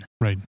right